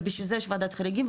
בשביל זה יש וועדת חריגים,